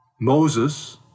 Moses